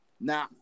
Now